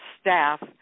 staff